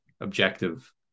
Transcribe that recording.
objective